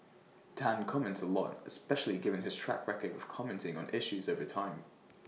Tan comments A lot especially given his track record of commenting on issues over time